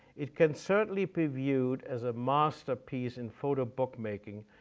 it can certainly be viewed as a masterpiece in photo bookmaking,